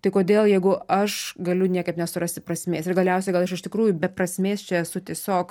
tai kodėl jeigu aš galiu niekaip nesurasti prasmės ir galiausiai gal aš iš tikrųjų be prasmės čia esu tiesiog